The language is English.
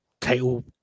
Title